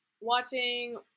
watching